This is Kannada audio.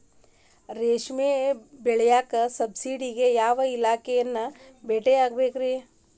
ರೇಷ್ಮಿ ಬೆಳಿಯಾಕ ಸಬ್ಸಿಡಿಗೆ ಯಾವ ಇಲಾಖೆನ ಕಾಣಬೇಕ್ರೇ?